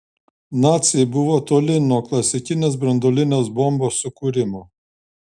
naciai buvo toli nuo klasikinės branduolinės bombos sukūrimo